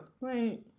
Right